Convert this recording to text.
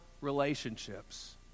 relationships